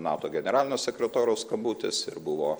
nato generalinio sekretoriaus skambutis ir buvo